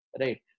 Right